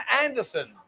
Anderson